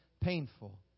painful